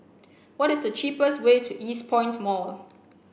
what is the cheapest way to Eastpoint Mall